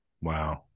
wow